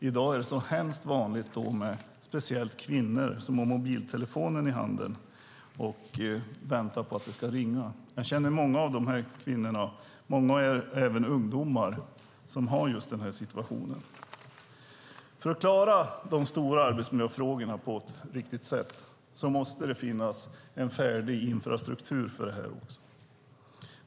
I dag är det hemskt vanligt speciellt bland kvinnor att man med en mobiltelefon i handen väntar på att det ska ringa. Jag känner många kvinnor och många ungdomar som har just den här situationen. För att klara de stora arbetsmiljöfrågorna på ett riktigt sätt måste det finnas en färdig infrastruktur för det.